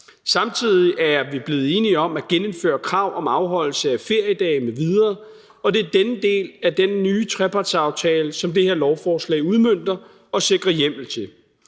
Samtidig er vi blevet enige om at genindføre krav om afholdelse af feriedage m.v., og det er denne del af den nye trepartsaftale, som det her lovforslag udmønter og sikrer hjemmel til.